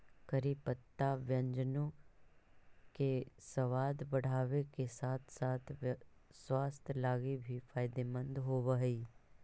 करी पत्ता व्यंजनों के सबाद बढ़ाबे के साथ साथ स्वास्थ्य लागी भी फायदेमंद होब हई